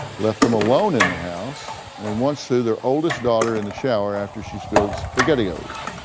left them alone in the house, and once threw their oldest daughter in the shower after she spilled spaghettios.